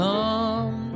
Come